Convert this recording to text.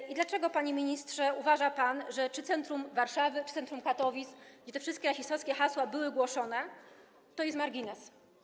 I dlaczego, panie ministrze, uważa pan, że centrum Warszawy czy centrum Katowic, gdzie te wszystkie rasistowskie hasła były głoszone, to jest margines?